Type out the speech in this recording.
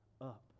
up